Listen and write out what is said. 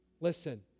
Listen